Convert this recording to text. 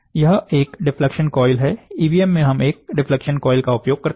यह एक deflection coil है ईबीएम में हम एक डिफ्लेक्शन कॉयल का उपयोग करते है